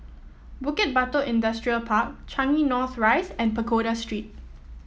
Bukit Batok Industrial Park Changi North Rise and Pagoda Street